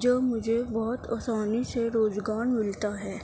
جو مجھے بہت آسانی سے روزگار ملتا ہے